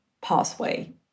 pathway